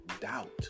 doubt